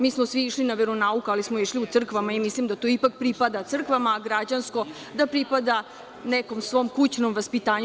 Mi smo svi išli na veronauku, ali smo išli u crkvama i mislim da to ipak pripada crkvama, a građansko da pripada nekom svom kućnom vaspitanju.